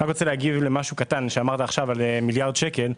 אני רוצה להגיב למשהו קטן שאמרת על מיליארד שקל.